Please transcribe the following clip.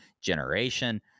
Generation